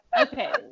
Okay